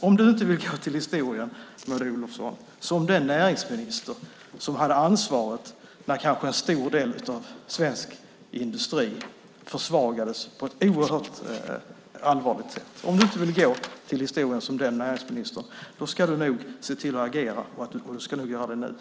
Om du inte vill gå till historien som den näringsminister som hade ansvaret när en stor del av svensk industri försvagades allvarligt, ska du nog se till att agera och göra det nu, Maud Olofsson.